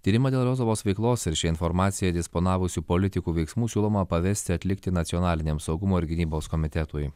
tyrimą dėl rozovos veiklos ir ši informacija disponavusių politikų veiksmų siūloma pavesti atlikti nacionaliniam saugumo ir gynybos komitetui